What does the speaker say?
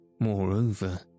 Moreover